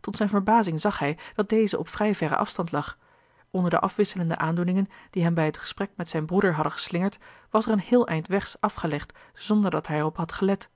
tot zijne verbazing zag hij dat deze op vrij verren afstand lag onder de afwisselende aandoeningen die hem bij het gesprek met zijn broeder hadden geslingerd was er een heel eind wegs afgelegd zonderdat hij er op had gelet